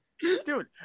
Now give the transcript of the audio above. Dude